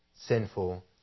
sinful